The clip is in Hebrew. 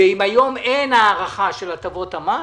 ואם היום אין הארכה של הטבות המס